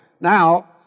Now